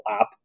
app